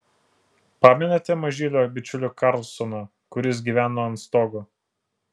pamenate mažylio bičiulį karlsoną kuris gyveno ant stogo